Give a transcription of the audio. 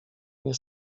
nie